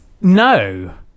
No